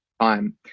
time